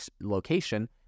location